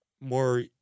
more